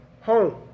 home